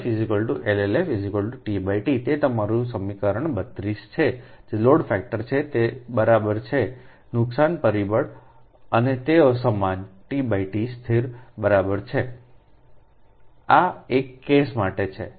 LF LLF tT તે તમારું સમીકરણ 32 છે જે લોડ ફેક્ટર છે તે બરાબર છે નુકસાન પરિબળ અને તેઓ સમાન tT સ્થિર બરાબર છે આ આ એક કેસ માટે છે